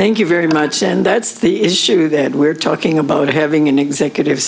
thank you very much and that's the issue that we're talking about having an executive